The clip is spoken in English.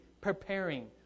preparing